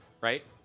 right